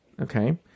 Okay